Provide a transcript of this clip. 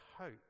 hope